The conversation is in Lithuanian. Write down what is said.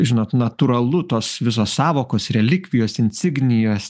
žinot natūralu tos visos sąvokos relikvijos insignijos